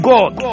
God